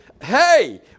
hey